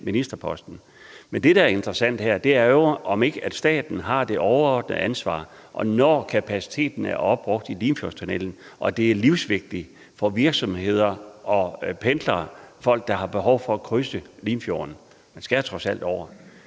Men det, der er interessant her, er jo, om ikke staten har det overordnede ansvar. Når kapaciteten er opbrugt i Limfjordstunnelen og det er livsvigtigt for virksomheder og pendlere at kunne krydse Limfjorden – de skal trods alt over